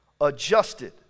adjusted